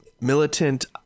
militant